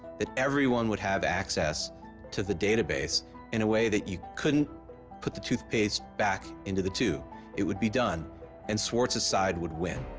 that everyone would have have access to the database in a way that you couldn't put the toothpaste back into the tube it would be done and swartz's side would win.